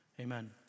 Amen